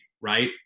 right